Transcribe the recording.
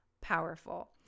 powerful